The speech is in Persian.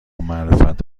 معرف